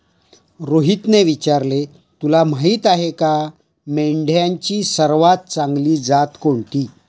रोहितने विचारले, तुला माहीत आहे का मेंढ्यांची सर्वात चांगली जात कोणती?